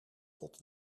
tot